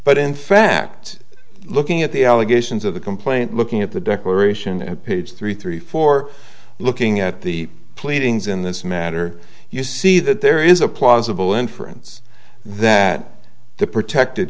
but in fact looking at the allegations of the complaint looking at the declaration at page three three four looking at the pleadings in this matter you see that there is a plausible inference that the protected